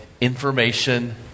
information